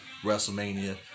WrestleMania